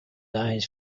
eyes